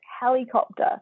helicopter